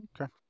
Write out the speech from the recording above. Okay